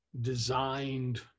designed